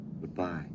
Goodbye